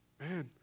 man